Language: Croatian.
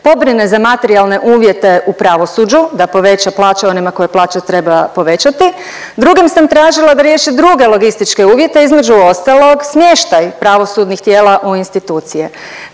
pobrine za materijalne uvjete u pravosuđu, da poveća plaće onima kojima plaće treba povećati. Drugim sam tražila da riješe druge logističke uvjete, između ostalog smještaj pravosudnih tijela u institucije,